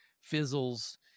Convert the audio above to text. fizzles